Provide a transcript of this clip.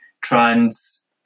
trans